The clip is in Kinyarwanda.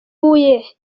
huye